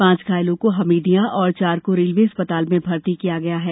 पांच घायलों को हमीदिया और चार को रेलवे अस्पताल में भर्ती किया गया है